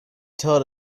told